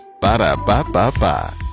Ba-da-ba-ba-ba